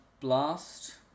Blast